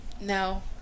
no